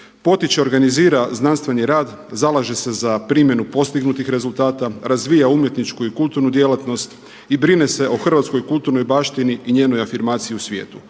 potiče i organizira znanstveni rad, zalaže se za primjenu postignutih rezultata, razvija umjetničku i kulturnu djelatnost i brine se o hrvatskoj kulturnoj baštini i njenoj afirmaciji u svijetu,